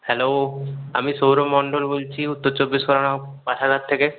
hello আমি সৌরভ মণ্ডল বলছি উত্তর চব্বিশ পরগনা পাঠাগার থেকে